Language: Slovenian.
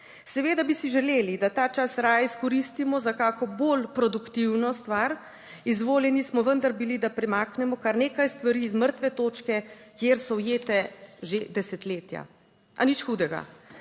Seveda bi si želeli, da ta čas raje izkoristimo za kako bolj produktivno stvar. Izvoljeni smo vendar bili, da premaknemo kar nekaj stvari z mrtve točke, kjer so ujete že desetletja, a nič hudega.